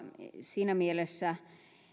siinä mielessä